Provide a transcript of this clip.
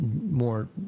more